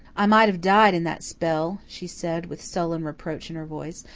i might have died in that spell, she said, with sullen reproach in her voice,